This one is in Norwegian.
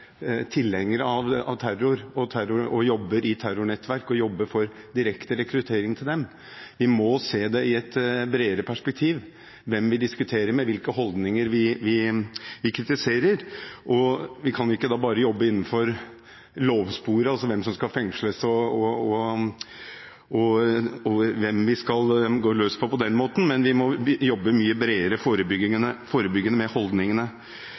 tilhengere av terror, jobber i terrornettverk og jobber for direkte rekruttering til dem. Vi må se det i et bredere perspektiv – hvem vi diskuterer med, og hvilke holdninger vi kritiserer. Vi kan ikke bare jobbe innenfor «lovsporet» – altså hvem som skal fengsles, og hvem vi skal gå løs på på den måten – vi må jobbe mye bredere i forebyggingen av holdningene.